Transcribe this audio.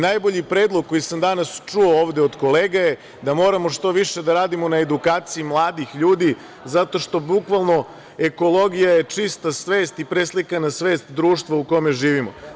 Najbolji predlog koji sam danas čuo ovde od kolega je da moramo što više da radimo na edukaciji mladih ljudi, zato što bukvalno ekologija je čista svest i preslikana svest društva u kome živimo.